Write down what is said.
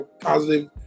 positive